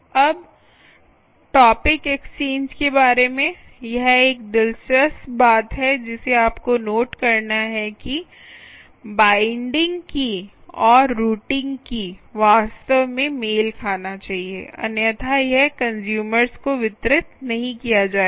अब topic exchange के बारे में यह एक दिलचस्प बात है जिसे आपको नोट करना है कि बाईंडिंग की और रूटिंग की वास्तव में मेल खाना चाहिए अन्यथा यह कंस्यूमर्स को वितरित नहीं किया जाएगा